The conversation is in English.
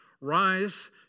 rise